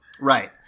Right